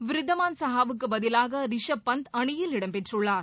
விருதிமான் சகாவுக்கு பதிலாக ரிஷப் பந்த் அணியில் இடம்பெற்றுள்ளார்